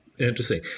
Interesting